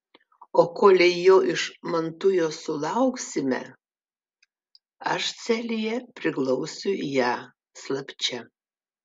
o kolei jo iš mantujos sulauksime aš celėje priglausiu ją slapčia